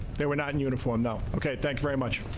they were not in uniform now. okay. thanks very much.